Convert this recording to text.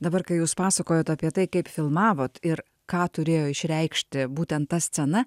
dabar kai jūs pasakojot apie tai kaip filmavot ir ką turėjo išreikšti būtent ta scena